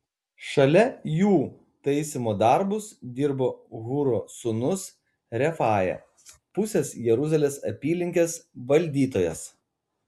šalia jų taisymo darbus dirbo hūro sūnus refaja pusės jeruzalės apylinkės valdytojas